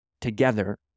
together